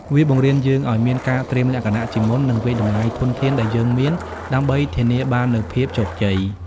វាបង្រៀនយើងឱ្យមានការត្រៀមលក្ខណៈជាមុន និងវាយតម្លៃធនធានដែលយើងមាន ដើម្បីធានាបាននូវភាពជោគជ័យ។